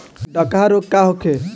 डकहा रोग का होखे?